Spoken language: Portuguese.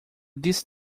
disse